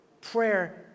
Prayer